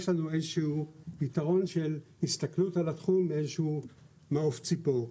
יש לנו איזה שהוא יתרון של הסתכלות על התחום מאיזה שהוא מעוף ציפור.